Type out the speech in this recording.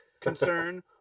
concern